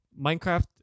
minecraft